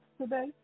today